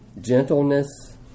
Gentleness